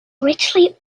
richly